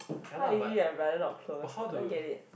how is it you and your brother not close I don't get it